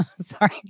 sorry